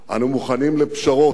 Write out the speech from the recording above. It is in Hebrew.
אנו מוכנים לפשרות,